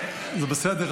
זה בסדר,